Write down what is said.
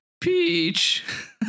peach